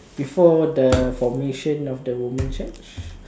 before the formation of the Roman church